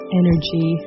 energy